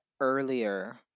earlier